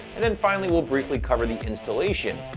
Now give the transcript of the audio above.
and then finally, we'll briefly cover the installation.